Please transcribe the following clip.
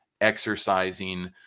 exercising